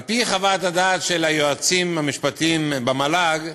על-פי חוות הדעת של היועצים המשפטיים במל"ג,